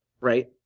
Right